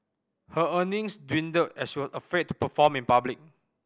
her earnings dwindled as she was afraid to perform in public